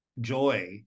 joy